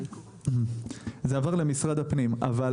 אבל